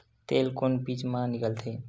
तेल कोन बीज मा निकलथे?